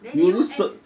then you ex~